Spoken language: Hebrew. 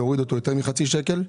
להוריד אותו ביותר מחצי שקל.